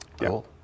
Cool